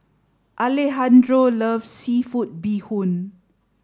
Alejandro loves seafood bee hoon